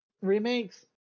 remakes